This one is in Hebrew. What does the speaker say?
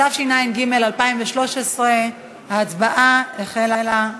התשע"ג 2013. ההצבעה החלה, בבקשה.